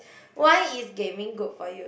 why is gaming good for you